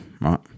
right